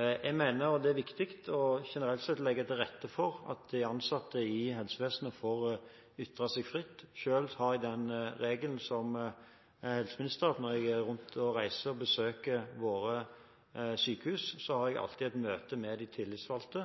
Jeg mener òg det er viktig å legge generelt til rette for at de ansatte i helsevesenet får ytre seg fritt. Selv har jeg den regelen som helseminister at når jeg reiser rundt og besøker våre sykehus, har jeg alltid et møte med de tillitsvalgte,